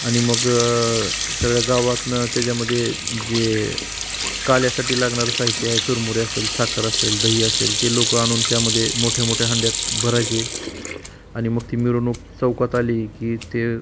आणि मग सगळ्या गावातनं त्याच्यामध्ये जे काल्यासाठी लागणारं साहित्य आहे चुरमुरे असेल साखर असेल दही असेल ते लोक आणून त्यामध्ये मोठ्यामोठ्या हंड्यात भरायचे आणि मग ती मिरवणूक चौकात आली की ते